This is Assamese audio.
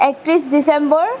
একত্ৰিছ ডিচেম্বৰ